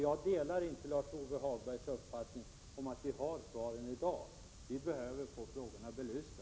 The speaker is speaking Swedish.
Jag delar inte Lars-Ove Hagbergs uppfattning om att vi har svaren i dag. Vi behöver få frågorna belysta.